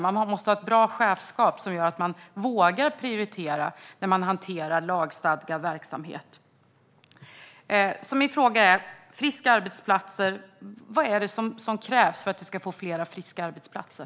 Man måste ha ett bra chefskap, så att man vågar prioritera när man hanterar lagstadgad verksamhet. Min fråga är alltså: Vad är det som krävs för att vi ska få fler friska arbetsplatser?